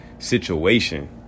situation